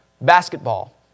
basketball